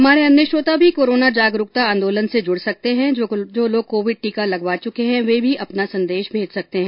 हमारे अन्य श्रोता भी कोरोना जनजागरुकता आंदोलन से जुड़ सकते हैं जो लोग कोविड टीका लगवा चुके हैं वो भी अपना संदेश भेज सकते हैं